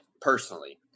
personally